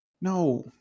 No